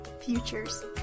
futures